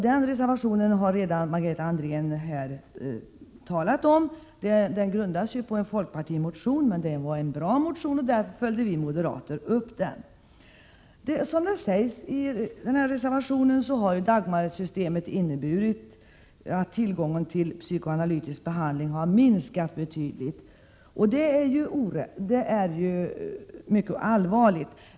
Den reservationen har Margareta Andrén redan talat om. Reservationen grundas på en folkpartimotion, men det var en bra motion, och därför följde vi moderater upp den. Som sägs i reservationen har Dagmarsystemet inneburit att tillgången på psykoanalytisk behandling har minskat betydligt. Det är mycket allvarligt.